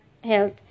health